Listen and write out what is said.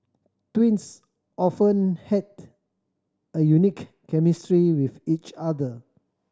twins often had a unique chemistry with each other